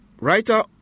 writer